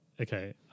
okay